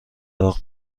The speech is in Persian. داغ